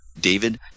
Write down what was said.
David